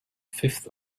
fifth